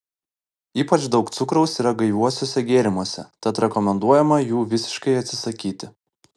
ypač daug cukraus yra gaiviuosiuose gėrimuose tad rekomenduojama jų visiškai atsisakyti